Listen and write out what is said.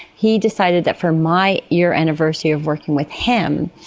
he decided that for my year anniversary of working with him,